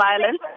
violence